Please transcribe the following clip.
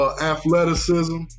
athleticism